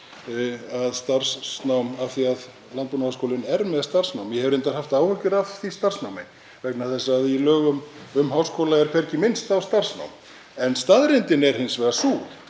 að starfsnám — af því að Landbúnaðarháskólinn er með starfsnám. Ég hef reyndar haft áhyggjur af því starfsnámi vegna þess að í lögum um háskóla er hvergi minnst á starfsnám. En staðreyndin er hins vegar sú